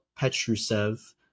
Petrusev